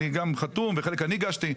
אני גם חתום וחלק אני הגשתי.